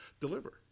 deliver